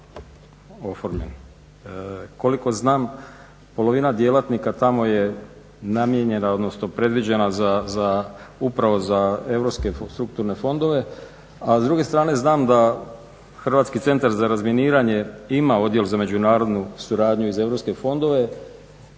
Koliko znam polovina djelatnika tamo je namijenjena odnosno predviđena upravo za Europske strukturne fondove a s druge strane znam da Hrvatski centar za razminiranje ima odjel za međunarodnu suradnju i za Europske fondove,